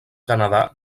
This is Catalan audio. canadà